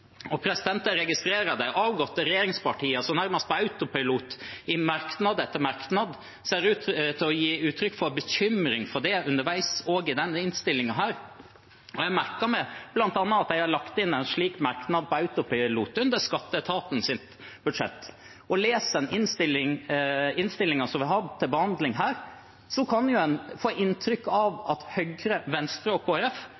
Jeg registrerer at de avgåtte regjeringspartiene nærmest på autopilot i merknad etter merknad ser ut til å gi uttrykk for bekymring for det underveis også i denne innstillingen. Jeg merker meg bl.a. at de har lagt inn en slik merknad på autopilot under skatteetatens budsjett. Leser en innstillingen som vi har hatt til behandling her, kan en jo få inntrykk av